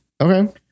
Okay